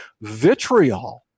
vitriol